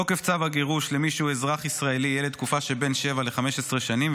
תוקף צו הגירוש למי שהוא אזרח ישראלי יהיה לתקופה שבין 7 ל-15 שנים,